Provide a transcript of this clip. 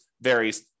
varies